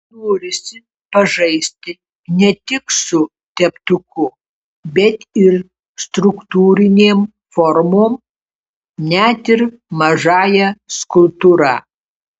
norisi pažaisti ne tik su teptuku bet ir struktūrinėm formom net ir mažąja skulptūra